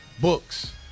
books